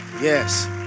Yes